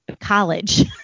college